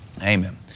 amen